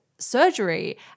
Surgery